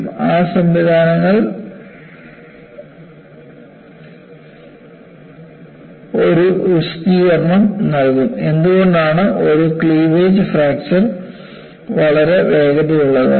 ആ സംവിധാനങ്ങൾ ഒരു വിശദീകരണം നൽകും എന്തുകൊണ്ടാണ് ഒരു ക്ലീവേജ് ഫ്രാക്ചർ വളരെ വേഗതയുള്ളത്